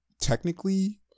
technically